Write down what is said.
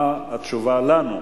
מה התשובה לנו,